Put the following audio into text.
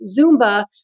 Zumba